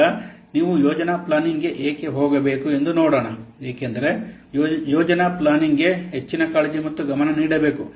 ಈಗ ನೀವು ಯೋಜನಾ ಪ್ಲಾನಿಂಗ್ಗೆ ಏಕೆ ಹೋಗಬೇಕು ಎಂದು ನೋಡೋಣ ಏಕೆಂದರೆ ಯೋಜನಾ ಪ್ಲಾನಿಂಗ್ಗೆ ಹೆಚ್ಚಿನ ಕಾಳಜಿ ಮತ್ತು ಗಮನ ನೀಡಬೇಕು